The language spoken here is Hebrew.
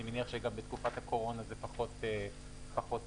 אני מניח שגם בתקופת הקורונה זה פחות פרקטי.